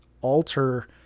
alter